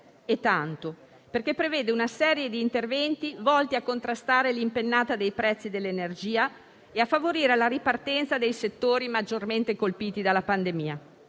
e tanto, perché prevede una serie di interventi volti a contrastare l'impennata dei prezzi dell'energia e a favorire la ripartenza dei settori maggiormente colpiti dalla pandemia.